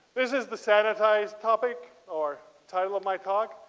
this is the sanitized topic or title of my talk.